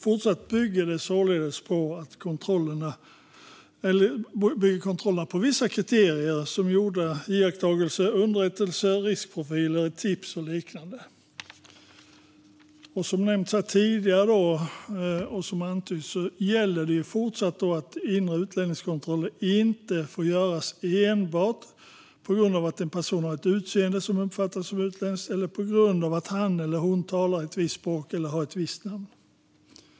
Fortsatt bygger kontrollerna således på vissa kriterier, som gjorda iakttagelser, underrättelser, riskprofiler, tips och liknande. Som nämnts och antytts här tidigare gäller fortsatt att inre utlänningskontroller inte får göras enbart på grund av att en person har ett utseende som uppfattas som utländskt eller på grund av att han eller hon talar ett visst språk eller har ett visst namn.